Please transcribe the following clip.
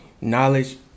knowledge